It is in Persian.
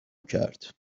کرد